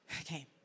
okay